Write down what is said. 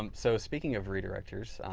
um so speaking of redirectors,